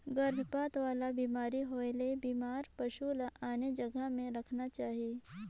गरभपात वाला बेमारी होयले बेमार पसु ल आने जघा में रखना चाही